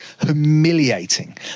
humiliating